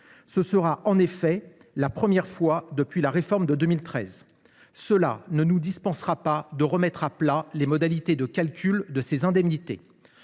Ce sera la première fois depuis la réforme de 2013 ! Cela ne nous dispensera pas de remettre à plat les modalités de calcul de ces indemnités.